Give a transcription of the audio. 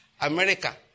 America